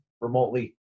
remotely